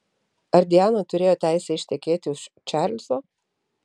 ar diana turėjo teisę ištekėti už čarlzo